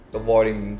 avoiding